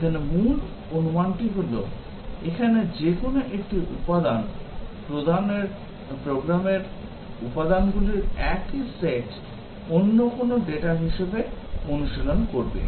এখানে মূল অনুমানটি হল এখানে যে কোনও একটি উপাদান প্রোগ্রামের উপাদানগুলির একই সেট অন্য কোনও ডেটা হিসাবে অনুশীলন করবে